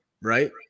right